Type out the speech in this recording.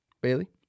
bailey